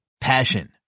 Passion